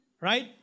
right